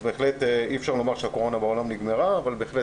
בהחלט אי אפשר לומר שהקורונה בעולם נגמרה אבל בהחלט